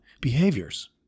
behaviors